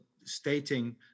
stating